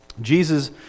Jesus